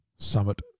Summit